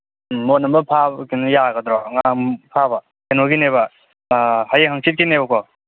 ꯎꯝ ꯃꯣꯟ ꯑꯃ ꯐꯥ ꯀꯩꯅꯣ ꯌꯥꯒꯗ꯭ꯔꯣ ꯉꯥ ꯐꯥꯕ ꯀꯩꯅꯣꯒꯤꯅꯦꯕ ꯍꯌꯦꯡ ꯍꯪꯆꯤꯠꯀꯤꯅꯦꯕꯀꯣ